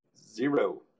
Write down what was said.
zero